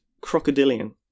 crocodilian